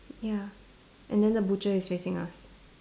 ya and then the butcher is facing us